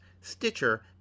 Stitcher